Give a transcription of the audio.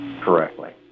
correctly